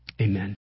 Amen